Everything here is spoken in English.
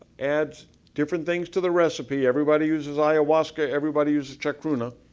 adds different things to the recipe, everybody uses iowaska, everybody uses chekruna.